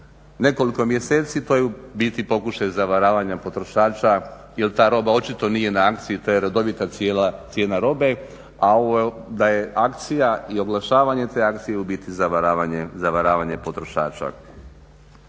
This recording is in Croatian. nekoliko mjeseci to je u biti pokušaj zavaravanja potrošača jer ta roba očito nije na akciji to je redovita cijena robe, a ovo da je akcija i oglašavanje te akcije je u biti zavaravanje potrošača.